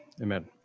Amen